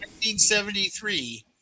1973